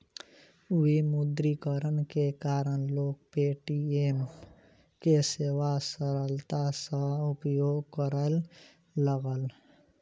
विमुद्रीकरण के कारण लोक पे.टी.एम के सेवा सरलता सॅ उपयोग करय लागल